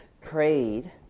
prayed